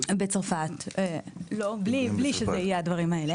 בצרפת, בלי שזה יהיה הדברים האלה